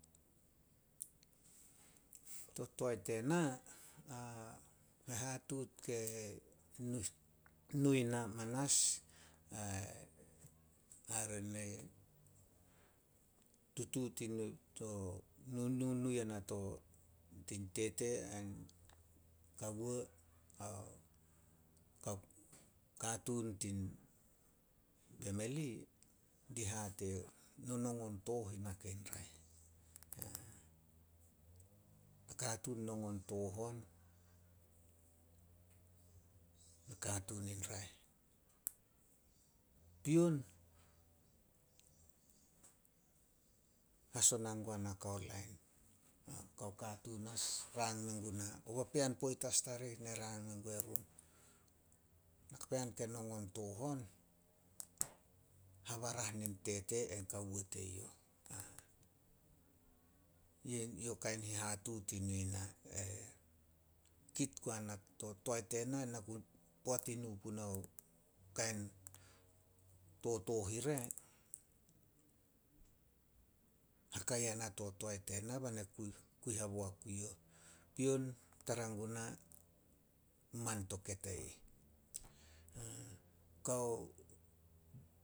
To toae tena, hehatuut ke nu- nu i na manas. Ai hare ne nu yana tin tete ain kawo ao kao katuun tin pemeli di hate nonongon tooh in nakai raeh. Nakatuun nongon tooh on nakatuun in raeh. Pion hasona guana kao lain, kao katuun as rang men guna ao papean poit as tarih, ne rang mengue run. Napean ke nongon tooh on, habarah nin tete ain kawo teyouh. Kain hehatuut i nui na. Kit guana to toae tena, poat i nu punao kain totooh ire, haka yana to toae tena, bai na kui- kui haboak ge youh. Pion tara guna, man to keta ih. Kao